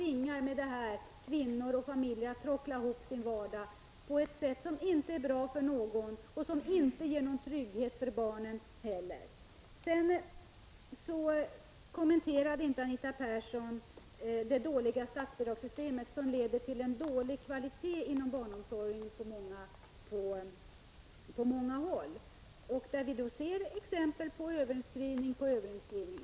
Därmed tvingas familjerna att tråckla ihop sin vardag på ett sätt som inte är bra för någon och som inte ger någon trygghet för barnen. Anita Persson kommenterade inte det jag sade om att statsbidragssystemet leder till en dålig kvalitet inom barnomsorgen på många håll. Vi ser ju exempel hur man hela tiden tillämpar överinskrivning.